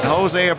Jose